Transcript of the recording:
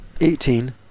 eighteen